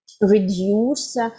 reduce